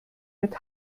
mit